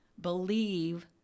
believe